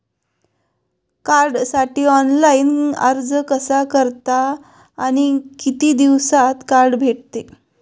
कार्डसाठी ऑनलाइन अर्ज कसा करतात आणि किती दिवसांत कार्ड भेटते?